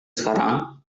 sekarang